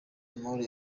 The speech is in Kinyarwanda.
amore